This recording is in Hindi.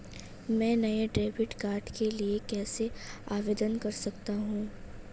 मैं नए डेबिट कार्ड के लिए कैसे आवेदन कर सकता हूँ?